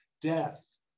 Death